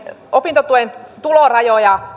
opintotuen tulorajoista